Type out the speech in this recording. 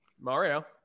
mario